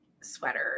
sweater